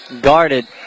Guarded